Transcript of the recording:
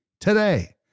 today